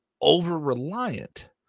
over-reliant